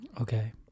okay